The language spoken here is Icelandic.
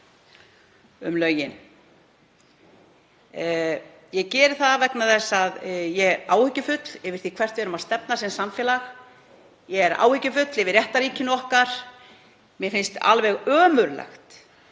um lögin. Ég geri það vegna þess að ég áhyggjufull yfir því hvert við erum að stefna sem samfélag. Ég er áhyggjufull yfir réttarríkinu okkar. Mér finnst alveg ömurlegt